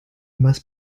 must